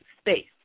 space